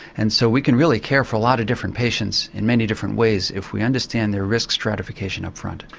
and so we can really care for a lot of different patients in many different ways if we understand their risk stratification up front.